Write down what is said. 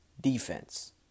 defense